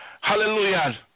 Hallelujah